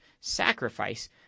sacrifice